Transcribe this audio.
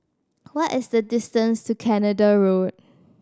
what is the distance to Canada Road